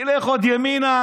תלך עוד ימינה,